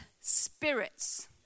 spirits